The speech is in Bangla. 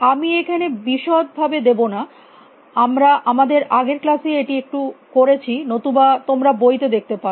আমি এখানে বিশদ দেব না আমরা আমাদের আগের ক্লাস এ এটি একটু করেছি নতুবা তোমরা বইতে দেখতে পারো